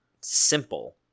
simple